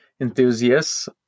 enthusiasts